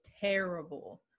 terrible